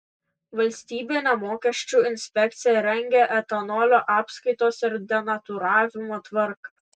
valstybinė mokesčių inspekcija rengią etanolio apskaitos ir denatūravimo tvarką